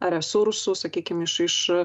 resursų sakykim iš iš